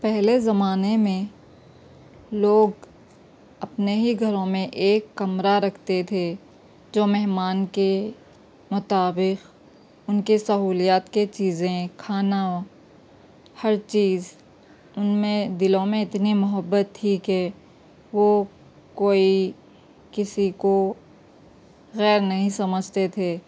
پہلے زمانے میں لوگ اپنے ہی گھروں میں ایک کمرہ رکھتے تھے جو مہمان کے مطابق ان کے سہولیات کے چیزیں کھانا ہر چیز ان میں دلوں میں اتنی محبت تھی کہ وہ کوئی کسی کو غیر نہیں سمجھتے تھے